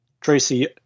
Tracy